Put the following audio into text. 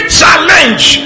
challenge